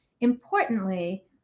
importantly